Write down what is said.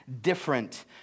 different